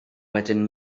wedyn